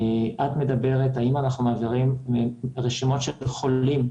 את שואלת האם אנחנו מעבירים רשימות של חולים.